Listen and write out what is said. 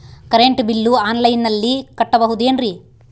Current bill ಆನ್ಲೈನಿನಲ್ಲಿ ಕಟ್ಟಬಹುದು ಏನ್ರಿ?